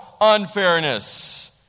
unfairness